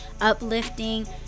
uplifting